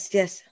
yes